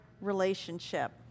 relationship